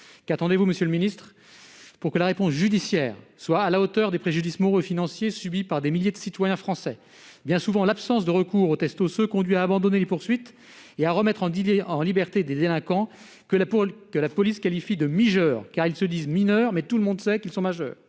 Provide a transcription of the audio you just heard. Qu'attendez-vous pour que la réponse judiciaire soit à la hauteur des préjudices moraux et financiers subis par des milliers de citoyens français ? Bien souvent, l'absence de recours aux tests osseux conduit à abandonner les poursuites et à remettre en liberté des délinquants que la police qualifie de « mijeurs »: ils se disent mineurs, mais tout le monde sait qu'ils sont majeurs.